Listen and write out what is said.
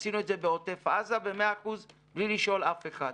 עשינו את זה ב-100% בלי לשאול אף אחד.